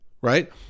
right